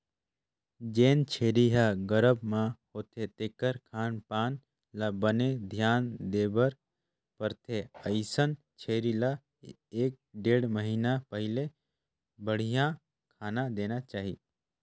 जेन छेरी ह गरभ म होथे तेखर खान पान ल बने धियान देबर परथे, अइसन छेरी ल एक ढ़ेड़ महिना पहिली बड़िहा खाना देना चाही